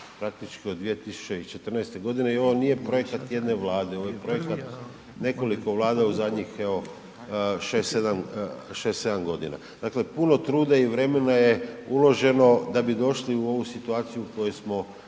praktički od 2014. g. i ovo nije projekat jedne Vlade, ovo je projekat nekoliko Vlada u zadnjih evo, 6, 7 godina. Dakle puno truda i vremena je uloženo da bi došli u ovu situaciju u kojoj smo